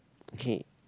okay